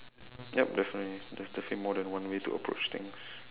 yup definitely there's definitely more than one way to approach things